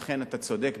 אכן, אתה צודק.